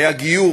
הכנסת,